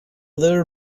there